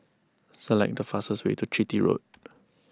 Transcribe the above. select the fastest way to Chitty Road